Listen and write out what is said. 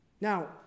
Now